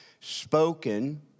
spoken